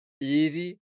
easy